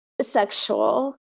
sexual